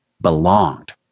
belonged